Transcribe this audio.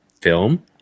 film